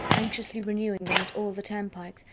anxiously renewing them at all the turnpikes,